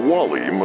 Wally